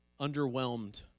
underwhelmed